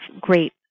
great